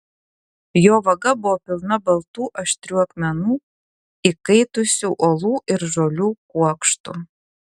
jo vaga buvo pilna baltų aštrių akmenų įkaitusių uolų ir žolių kuokštų